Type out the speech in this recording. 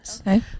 Okay